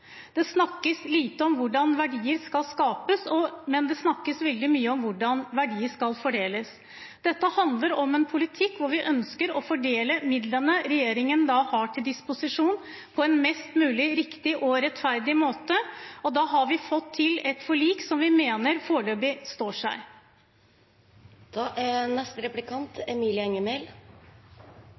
Det snakkes lite om hvordan verdier skapes, men det snakkes veldig mye om hvordan verdier fordeles. Dette handler om en politikk hvor vi ønsker å fordele midlene regjeringen har til disposisjon, på en mest mulig riktig og rettferdig måte, og da har vi fått til et forlik som vi mener foreløpig står seg.